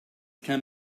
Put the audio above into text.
can